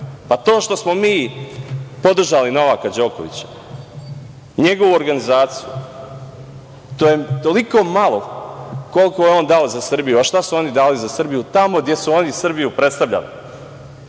To što smo mi podržali Novaka Đokovića, njegovu organizaciju, to je toliko malo koliko je on dao za Srbiju. Šta su oni dali za Srbiju? Tamo gde su oni Srbiju predstavljali,